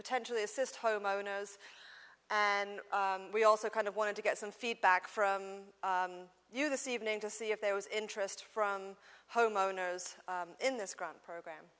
potentially assist homeowners and we also kind of wanted to get some feedback from you this evening to see if there was interest from homeowners in this grant program